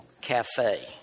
Cafe